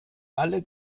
alle